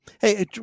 Hey